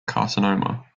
carcinoma